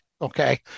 okay